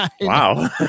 Wow